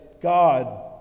God